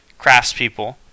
craftspeople